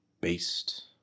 based